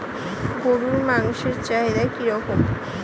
গরুর মাংসের চাহিদা কি রকম?